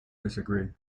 disagree